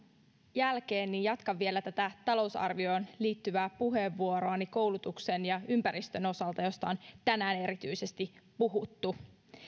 jälkeen jatkan vielä tätä talousarvioon liittyvää puheenvuoroani koulutuksen ja ympäristön osalta josta on tänään erityisesti puhuttu